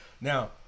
now